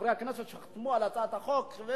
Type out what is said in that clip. חברי הכנסת שחתמו על הצעת החוק,